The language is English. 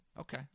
Okay